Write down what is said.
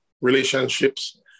relationships